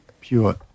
pure